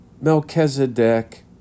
Melchizedek